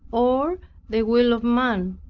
or the will of man,